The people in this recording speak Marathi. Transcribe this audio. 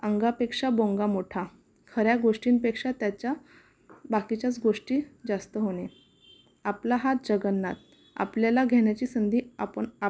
अंगापेक्षा बोंगा मोठा खऱ्या गोष्टींपेक्षा त्याच्या बाकीच्याच गोष्टी जास्त होणे आपला हात जगन्नाथ आपल्याला घेण्याची संधी आपण आप